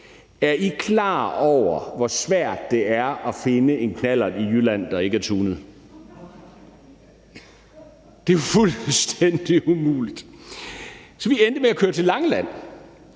Er I klar over, hvor svært det er at finde en knallert i Jylland, der ikke er tunet? Det er jo fuldstændig umuligt. Så vi endte med at køre til Langeland,